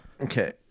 Okay